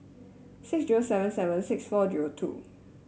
six zero seven seven six four zero two